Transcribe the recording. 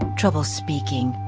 trouble speaking,